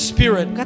Spirit